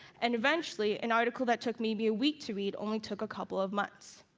and eventually, an article that took maybe a week to read, only took a couple of months.